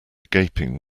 gaping